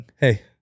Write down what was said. hey